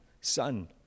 son